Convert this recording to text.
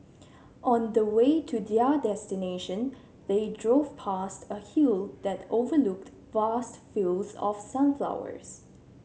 on the way to their destination they drove past a hill that overlooked vast fields of sunflowers